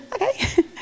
Okay